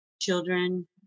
children